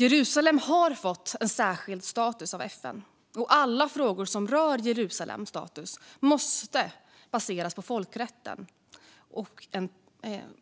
Jerusalem har fått särskild status av FN, och alla frågor som rör Jerusalems status måste baseras på folkrätten